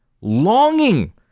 longing